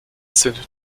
sind